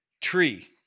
tree